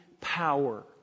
power